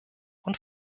und